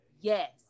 Yes